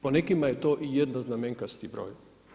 Po nekima je to i jednoznamenkasti broj.